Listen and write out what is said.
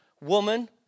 woman